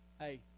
Hey